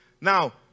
Now